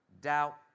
doubt